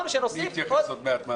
נוסיף עוד.